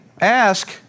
ask